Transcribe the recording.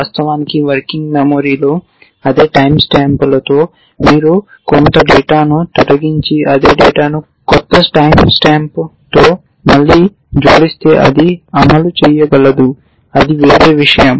వాస్తవానికి వర్కింగ్ మెమరీలో అదే టైమ్ స్టాంపులతో మీరు కొంత డేటాను తొలగించి అదే డేటాను క్రొత్త టైమ్ స్టాంప్తో మళ్లీ జోడిస్తే అది అమలు చేయగలదు అది వేరే విషయం